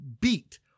beat